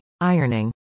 ironing